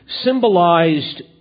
symbolized